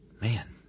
Man